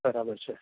બરાબર છે